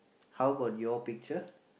how about your picture